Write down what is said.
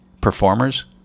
performers